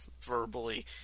verbally